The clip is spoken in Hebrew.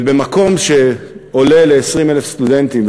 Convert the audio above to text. ובמקום שעולה ל-20,000 סטודנטים,